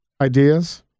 ideas